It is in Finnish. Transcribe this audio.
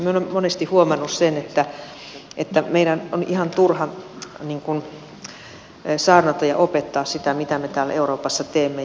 minä olen monesti huomannut sen että meidän on ihan turha saarnata ja opettaa sitä mitä me täällä euroopassa teemme